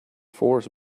forest